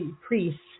priests